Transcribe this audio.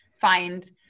find